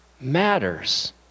matters